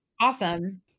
Awesome